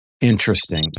Interesting